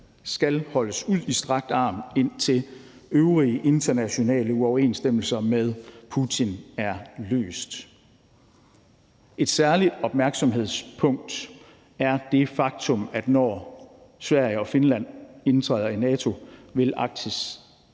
skal holdes ud i strakt arm, indtil øvrige internationale uoverensstemmelser med Putin er løst. Et særligt opmærksomhedspunkt er det faktum, at når Sverige og Finland indtræder i NATO, vil Arktis,